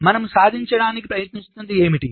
మనం సాధించడానికి ప్రయత్నిస్తున్నది ఏమిటి